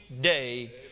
day